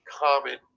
common